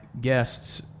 guests